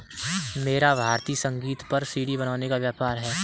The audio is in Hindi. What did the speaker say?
मेरा भारतीय संगीत पर सी.डी बनाने का व्यापार है